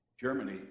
Germany